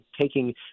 taking